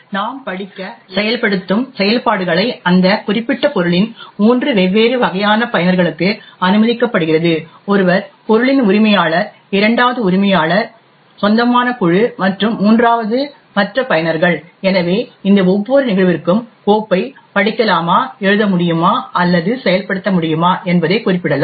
நாம் படிக்க எழுத செயல்படுத்தும் செயல்பாடுகளை அந்த குறிப்பிட்ட பொருளின் மூன்று வெவ்வேறு வகையான பயனர்களுக்கு அனுமதிக்கப்படுகிறது ஒருவர் பொருளின் உரிமையாளர் இரண்டாவது உரிமையாளர் சொந்தமான குழு மற்றும் மூன்றாவது மற்ற பயனர்கள் எனவே இந்த ஒவ்வொரு நிகழ்விற்கும் கோப்பைப் படிக்கலாமா எழுத முடியுமா அல்லது செயல்படுத்த முடியுமா என்பதைக் குறிப்பிடலாம்